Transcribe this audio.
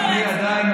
אי-אפשר להצביע.